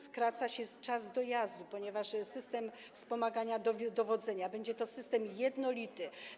Skraca się czas dojazdu, ponieważ system wspomagania dowodzenia będzie systemem jednolitym.